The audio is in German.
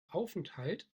aufenthalt